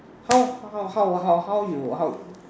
how how how how how you how you